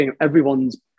everyone's